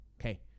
Okay